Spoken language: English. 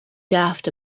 daft